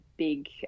big